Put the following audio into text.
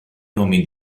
nomi